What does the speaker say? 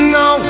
no